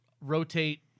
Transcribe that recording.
rotate